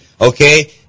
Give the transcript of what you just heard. okay